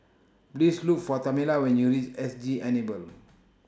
Please Look For Tamela when YOU REACH S G Enable